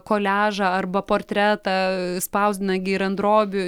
koliažą arba portretą spausdina gi ir ant drobių